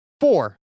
Four